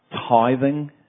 tithing